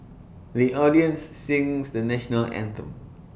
the audience sings the National Anthem